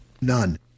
None